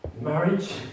Marriage